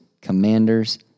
Commanders